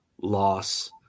loss